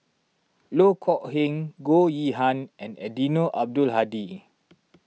Loh Kok Heng Goh Yihan and Eddino Abdul Hadi